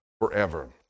forever